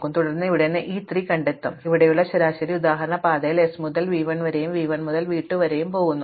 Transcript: അതിനാൽ സാധ്യമായ എല്ലാ പാതകളും പ്രത്യേകമായി നൽകിയിരിക്കുന്നു ഇവിടെയുള്ള ശരാശരി ഉദാഹരണം പാതയിൽ നിന്ന് s മുതൽ v 1 വരെയും v 1 മുതൽ v 2 വരെയും പോകുന്നു